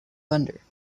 thunder